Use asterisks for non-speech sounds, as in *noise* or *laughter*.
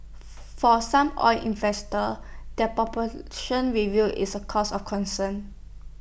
for some oil investors that *unintelligible* review is A cause of concern